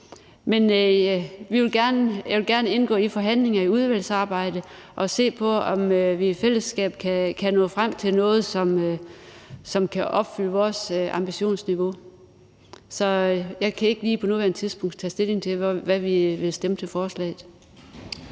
Men jeg vil gerne indgå i forhandlinger i udvalgsarbejdet og se på, om vi i fællesskab kan nå frem til noget, som kan leve op til vores ambitionsniveau. Så jeg kan ikke lige på nuværende tidspunkt tage stilling til, hvad vi vil stemme til forslaget.